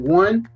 one